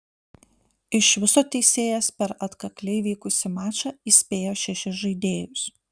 iš viso teisėjas per atkakliai vykusį mačą įspėjo šešis žaidėjus